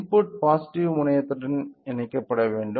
input positive முனையத்துடன் இணைக்கப்பட வேண்டும்